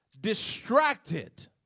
Distracted